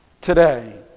today